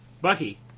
Bucky